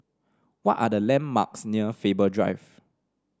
what are the landmarks near Faber Drive